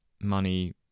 money